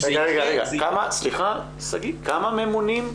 סליחה, כמה ממונים?